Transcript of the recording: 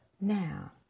Now